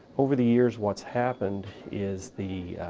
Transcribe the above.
over the years what's happened is the,